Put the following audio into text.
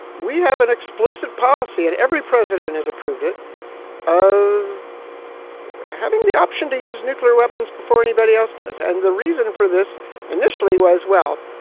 we have an explicit policy and every president and has approved it of having the option to use nuclear weapons before anybody else does. and the reason for this initially was, well,